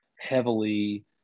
heavily